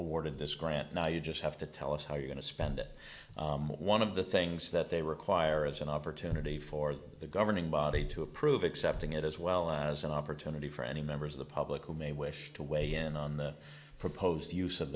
awarded this grant now you just have to tell us how you're going to spend it one of the things that they require is an opportunity for the governing body to approve accepting it as well as an opportunity for any members of the public who may wish to weigh in on the proposed use of